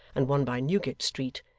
and one by newgate street,